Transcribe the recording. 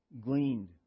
gleaned